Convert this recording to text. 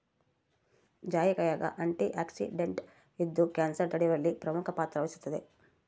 ಜಾಯಿಕಾಯಾಗ ಆಂಟಿಆಕ್ಸಿಡೆಂಟ್ ಇದ್ದು ಕ್ಯಾನ್ಸರ್ ತಡೆಯುವಲ್ಲಿ ಪ್ರಮುಖ ಪಾತ್ರ ವಹಿಸುತ್ತದೆ